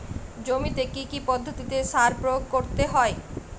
জমিতে কী কী পদ্ধতিতে সার প্রয়োগ করতে হয়?